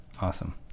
Awesome